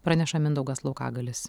praneša mindaugas laukagalis